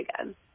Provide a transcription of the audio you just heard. again